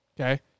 Okay